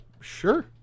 sure